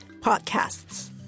podcasts